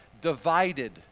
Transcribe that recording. divided